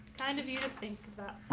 kind of you to think